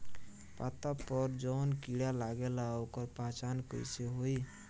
पत्ता पर जौन कीड़ा लागेला ओकर पहचान कैसे होई?